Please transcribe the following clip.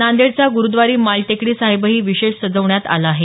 नांदेडचा गुरूद्वारा माल टेकडी साहेबही विशेष सजवण्यात आला आहे